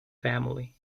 family